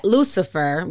Lucifer